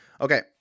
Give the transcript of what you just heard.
Okay